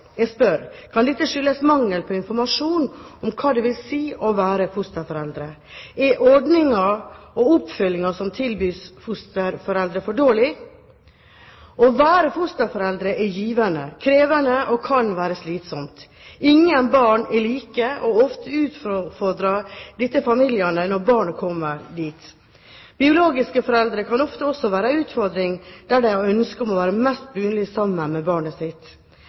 Jeg spør: Kan dette skyldes mangel på informasjon om hva det vil si å være fosterforeldre? Er ordningen og oppfølgingen som tilbys fosterforeldre, for dårlig? Å være fosterforeldre er givende, krevende og kan være slitsomt. Ingen barn er like, og ofte utfordrer dette familiene når barnet kommer dit. Biologiske foreldre kan ofte også være en utfordring når de har ønske om å være mest mulig sammen med barnet sitt.